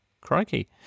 Crikey